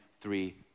three